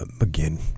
Again